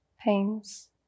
pains